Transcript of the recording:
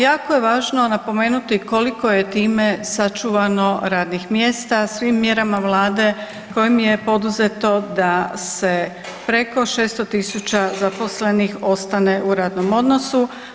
Jako je važno napomenuti koliko je time sačuvano radnih mjesta svim mjerama Vlade kojem je poduzeto da se preko 600 tisuća zaposlenih ostane u radnom odnosu.